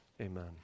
Amen